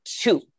two